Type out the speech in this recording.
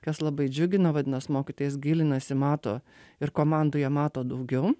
kas labai džiugina vadinas mokytojas gilinasi mato ir komandoje mato daugiau